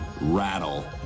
rattle